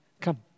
Come